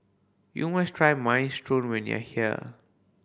you must try Minestrone when you are here